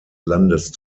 landes